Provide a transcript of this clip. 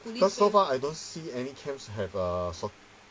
cause so far I don't see any camps have uh soc~